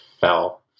fell